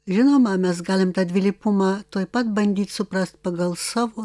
žinoma mes galim tą dvilypumą tuoj pat bandyt suprast pagal savo